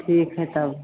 ठीक हइ तब